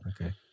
Okay